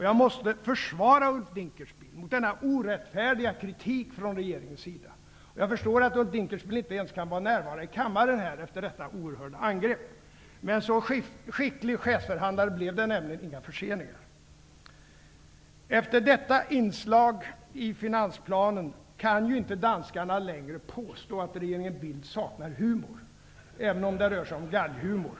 Jag måste försvara Ulf Dinkelspiel mot denna orättfärdiga kritik från regeringen. Jag förstår att Ulf Dinkelspiel inte kan vara närvarande i kammaren efter detta oerhörda angrepp. Med en så skicklig chefsförhandlare blev det nämligen inga förseningar. Efter detta påstående i finansplanen kan danskarna inte längre påstå att regeringen Bildt saknar humor -- även om det rör sig om galghumor.